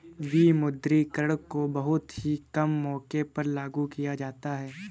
विमुद्रीकरण को बहुत ही कम मौकों पर लागू किया जाता है